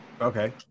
Okay